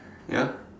ya